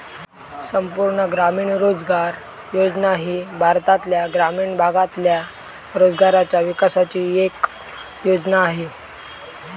संपूर्ण ग्रामीण रोजगार योजना ही भारतातल्या ग्रामीण भागातल्या रोजगाराच्या विकासाची येक योजना आसा